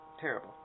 terrible